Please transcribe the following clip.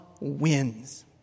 wins